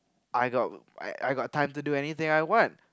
I got I I got time to do anything I want